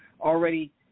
already